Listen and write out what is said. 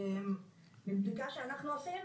מבדיקה שעשינו,